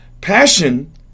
Passion